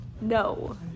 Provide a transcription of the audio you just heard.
No